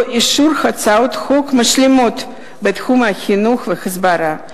אישור הצעות חוק משלימות בתחום החינוך וההסברה.